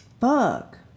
fuck